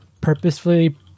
purposefully